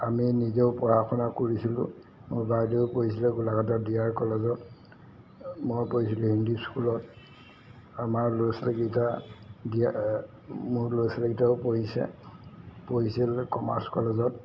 আমি নিজেও পঢ়া শুনা কৰিছিলোঁ মোৰ বাইদেউ পঢ়িছিলে গোলাঘাটৰ ডি আৰ কলেজত মই পঢ়িছিলোঁ হিন্দী স্কুলত আমাৰ ল'ৰা ছোৱালীকেইটা ডি আৰ মোৰ ল'ৰা ছোৱালীকেইটাও পঢ়িছে পঢ়িছিল কমাৰ্চ কলেজত